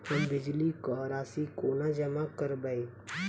हम बिजली कऽ राशि कोना जमा करबै?